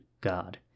God